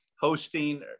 Hosting